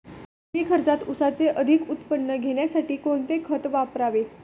कमी खर्चात ऊसाचे अधिक उत्पादन घेण्यासाठी कोणते खत वापरावे?